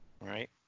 Right